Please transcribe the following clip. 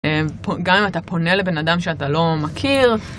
גם אם אתה פונה לבן אדם שאתה לא מכיר..